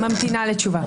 בבקשה, אני ממתינה לתשובה.